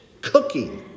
cooking